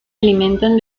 alimentan